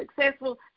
successful